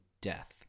death